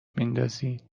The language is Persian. میندازید